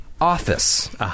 office